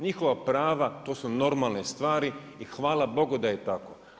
Njihova prava to su normalne stvari i hvala Bogu da je tako.